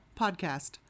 podcast